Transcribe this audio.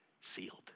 sealed